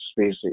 species